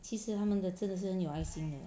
其实他们的真的是很有爱心的